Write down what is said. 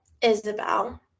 Isabel